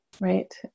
right